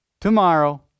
tomorrow